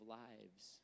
lives